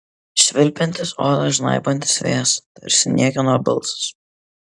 švilpiantis odą žnaibantis vėjas tarsi niekieno balsas